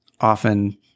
often